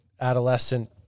adolescent